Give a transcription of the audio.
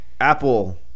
Apple